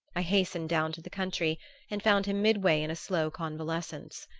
i hastened down to the country and found him midway in a slow convalescence.